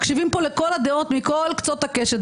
מקשיבים פה לכל הדעות מכל קצות הקשת,